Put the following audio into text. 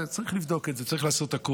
צריך לבדוק את זה, צריך לעשות הכול.